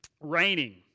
raining